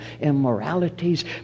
immoralities